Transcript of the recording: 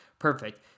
perfect